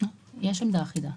יש עמדה אחידה.